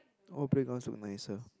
old playgrounds look nicer